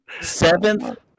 Seventh